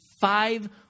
five